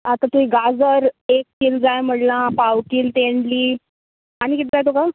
आतां तुवें गाजर एक किल जाय म्हणला पावकिल तेंडली आनी कितें जाय तुका